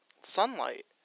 sunlight